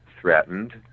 threatened